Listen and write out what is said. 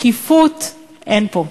שקיפות אין פה.